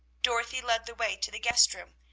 dorothy led the way to the guest-room.